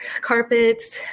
carpets